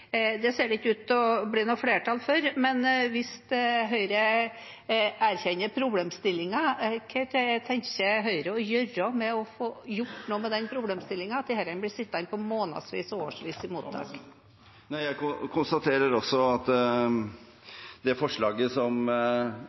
Det ser det ikke ut til å bli noe flertall for. Men hvis Høyre erkjenner problemstillingen, hva tenker Høyre å gjøre for å få gjort noe med dette? Disse menneskene blir sittende måneds- og årevis i mottak. Jeg konstaterer også at det forslaget som